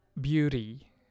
beauty